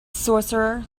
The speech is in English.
sorcerer